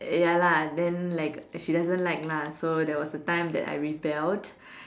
ya lah then like she doesn't like lah so there was a time that I rebelled